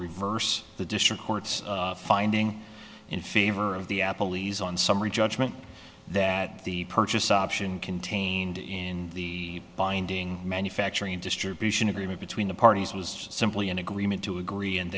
reverse the decision court's finding in favor of the apple e's on summary judgment that the purchase option contained in the binding manufacturing distribution agreement between the parties was simply an agreement to agree and